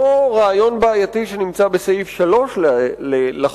אותו רעיון בעייתי שנמצא בסעיף 3 להצעת